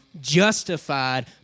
justified